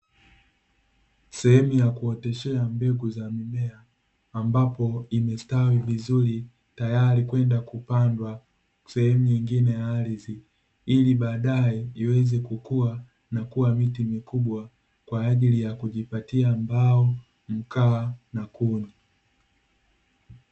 Sehemu ya kuoteshea mbegu za mimea ambapo imestawi vizuri tayari kwenda kupandwa sehemu nyingine ya ardhi, ili baadaye iweze kukua na kuwa miti mikubwa kwa ajili ya kujipatia mbao, mkaa, na kuni.